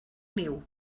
niu